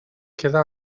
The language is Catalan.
queda